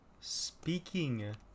Speaking